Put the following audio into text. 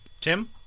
Tim